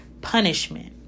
punishment